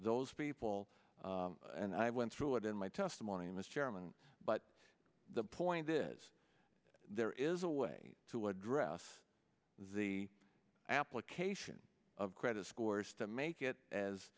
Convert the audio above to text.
those people and i went through it in my testimony mr chairman but the point is there is a way to address the application of credit scores to make it as